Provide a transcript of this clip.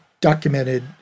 documented